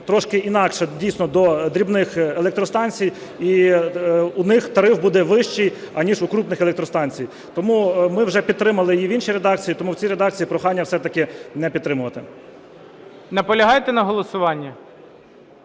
трошки інакше, дійсно, до дрібних електростанцій, і у них тариф буде вищий, аніж в крупних електростанцій. Тому ми вже підтримали її в іншій редакції, тому в цій редакції прохання все-таки не підтримувати. ГОЛОВУЮЧИЙ. Наполягаєте на голосуванні?